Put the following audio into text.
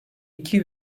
iki